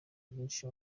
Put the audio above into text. byinshi